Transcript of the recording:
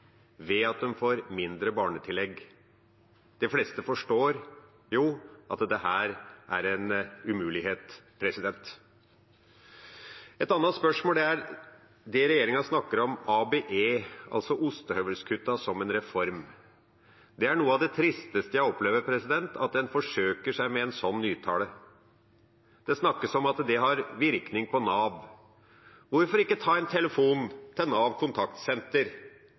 ved at de får mindre barnetillegg. De fleste forstår jo at dette er en umulighet. Et annet spørsmål er at regjeringen snakker om ABE ? ostehøvelkuttene ? som en reform. Det er noe av det tristeste jeg opplever, det å forsøke seg med en slik nytale. Det snakkes om at det har virkning på Nav. Hvorfor ikke ta en telefon til Navs kontaktsenter